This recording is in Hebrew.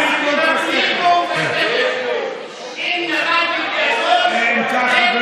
אם כך,